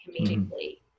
comedically